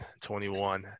21